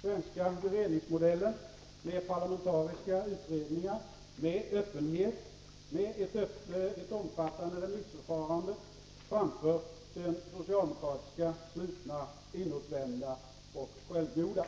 svenska beredningsmodellen med parlamentariska utredningar, öppenhet och ett omfattande remissförfarande framför den socialdemokratiska, slutna, inåtvända och självgoda.